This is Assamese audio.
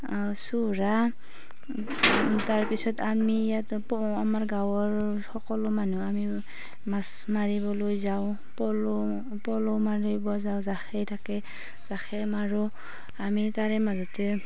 চোৰা তাৰপিছত আমি ইয়াত আমাৰ গাঁৱৰ সকলো মানুহ আমি মাছ মাৰিবলৈ যাওঁ পল' পল' মাৰিব যাওঁ জাকৈ থাকে জাকৈ মাৰোঁ আমি তাৰে মাৰোঁতে